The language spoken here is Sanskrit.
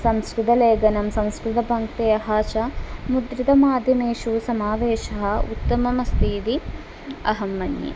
संस्कृतलेखनं संस्कृतपङ्क्तयः च मुद्रितमाध्यमेषु समावेशः उत्तमः अस्ति इति अहं मन्ये